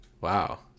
wow